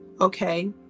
Okay